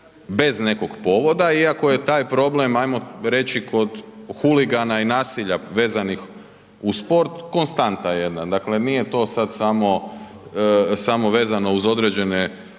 bez nekog povoda, iako je taj problem, hajmo reći kod huligana i nasilja vezanih uz sport, konstanta jedna. Dakle, nije to sad samo vezano uz određene